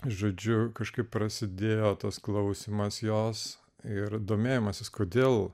žodžiu kažkaip prasidėjo tas klausymas jos ir domėjimasis kodėl